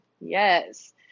Yes